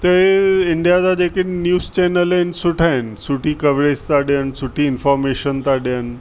त हे इंडिया जा जेके न्यूज़ चैनल आहिनि सुठा आहिनि सुठी कवरेज था ॾेअनि सुठी इंफॉर्मेशन था ॾेअनि